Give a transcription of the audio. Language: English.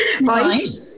right